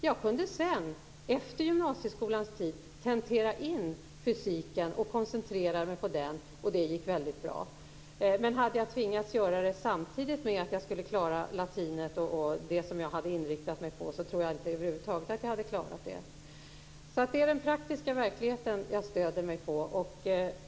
Jag kunde efter gymnasieskolans tid tentera in fysiken och koncentrera mig på den, och det gick väldigt bra. Hade jag tvingats göra det samtidigt som jag skulle klara latinet och de andra ämnen som jag hade inriktat mig på tror jag över huvud taget inte att jag hade klarat det. Det är den praktiska verkligheten jag stöder mig på.